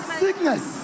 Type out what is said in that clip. sickness